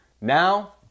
Now